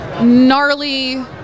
gnarly